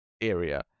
area